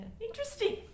interesting